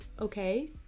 okay